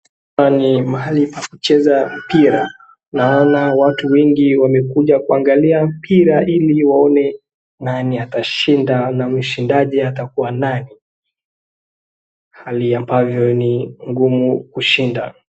Hapa ni mahali pa kucheza mpira. Naona watu wengi wamekuja kuangalia mpira ili waone nani atashinda na mshindaji atakuwa nani. Hali ambavyo ni ngumu kushinda